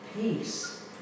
peace